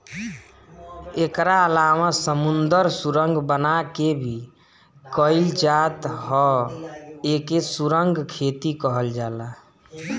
एकरा अलावा समुंदर सुरंग बना के भी कईल जात ह एके सुरंग खेती कहल जाला